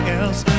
else